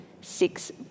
six